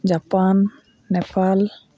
Japan Nepal